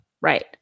Right